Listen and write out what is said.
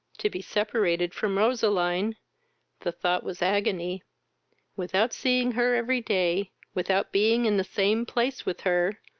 to be separated from roseline the thought was agony without seeing her every day, without being in the same place with her,